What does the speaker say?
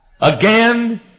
Again